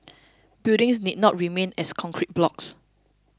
buildings need not remain as concrete blocks